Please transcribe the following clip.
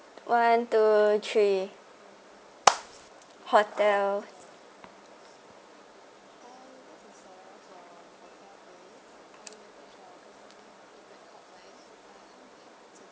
one two three hotel